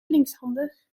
linkshandig